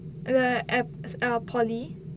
the ex err polytechnic